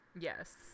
Yes